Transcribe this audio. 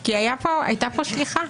כי הייתה פה שליחה